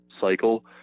cycle